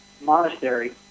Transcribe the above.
monastery